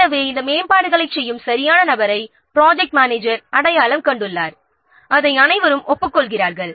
எனவே இந்த மேம்பாடுகளைச் செய்யும் சரியான நபரை ப்ராஜெக்ட் மேனேஜர் அடையாளம் கண்டுள்ளார் அதை அனைவரும் ஒப்புக்கொள்கிறார்கள்